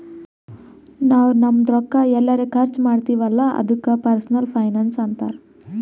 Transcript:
ನಾವ್ ನಮ್ದು ರೊಕ್ಕಾ ಎಲ್ಲರೆ ಖರ್ಚ ಮಾಡ್ತಿವಿ ಅಲ್ಲ ಅದುಕ್ನು ಪರ್ಸನಲ್ ಫೈನಾನ್ಸ್ ಅಂತಾರ್